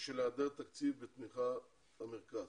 בשל היעדר תקציב ותמיכה במרכז.